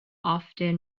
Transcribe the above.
often